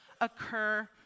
occur